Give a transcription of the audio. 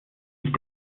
ich